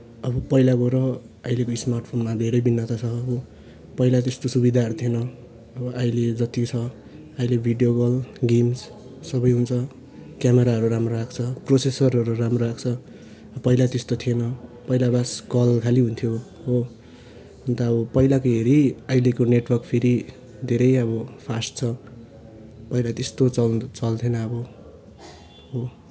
अब पहिलाको र अहिलेको स्मार्ट फोनमा धेरै भिन्नता छ हो पहिला त्यस्तो सुविधाहरू थिएन अब अहिले जति छ अहिले भिडियो कल गेम्स सबै हुन्छ क्यामराहरू राम्रो आएको छ प्रोसेसरहरू राम्रो आएको छ पहिला त्यस्तो थिएन पहिला बास कल खालि हुन्थ्यो हो अन्त अब पहिलाको हेरी अहिलेको नेटवर्क फेरि धेरै अब फास्ट छ पहिला त्यस्तो चल् चल्थेन अब हो